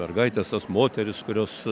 mergaitės tos moterys kurios